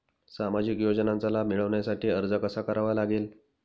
सामाजिक योजनांचा लाभ मिळविण्यासाठी अर्ज करावा लागेल का?